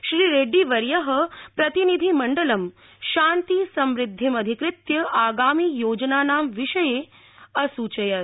श्री रेड्डी वर्य प्रतिनिधिमंडलं शान्ति समृद्धिमधिकृत्य आगामि योजनानां विषये असूचयत्